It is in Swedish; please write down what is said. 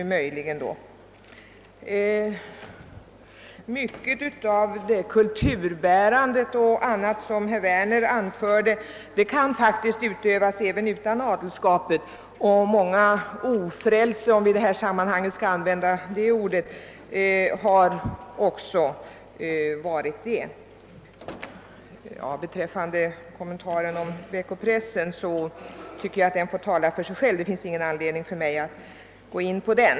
Mycket av kulturbärandet och annat som herr Werner anförde kan faktiskt klaras också utan adelsskap; många ofrälse — om vi i detta sammanhang skall använda det ordet — har också utmärkt sig. Herr Werners uttalande om veckopressen tycker jag inte det finns någon anledning för mig att gå in på.